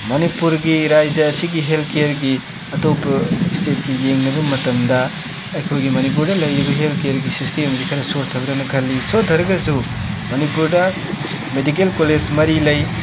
ꯃꯅꯤꯄꯨꯔꯒꯤ ꯔꯥꯏꯖ ꯑꯁꯤꯒꯤ ꯍꯦꯜ ꯀ꯭ꯌꯔꯒꯤ ꯑꯇꯣꯞꯄ ꯏꯁꯇꯦꯠꯀ ꯌꯦꯡꯅꯕ ꯃꯇꯝꯗ ꯑꯩꯈꯣꯏꯒꯤ ꯃꯅꯤꯄꯨꯔꯗ ꯂꯩꯔꯤꯕ ꯍꯦꯜꯠ ꯀ꯭ꯌꯔꯒꯤ ꯁꯤꯁꯇꯦꯝꯁꯤ ꯈꯔ ꯁꯣꯊꯕ꯭ꯔꯅ ꯈꯜꯂꯤ ꯁꯣꯊꯔꯒꯁꯨ ꯃꯅꯤꯄꯨꯔꯗ ꯃꯦꯗꯤꯀꯦꯜ ꯀꯣꯂꯦꯁ ꯃꯔꯤ ꯂꯩ